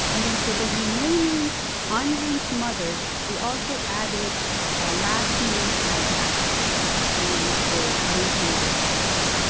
and then for the remaining unlinked mothers we also added a last name and address to the linking data elements.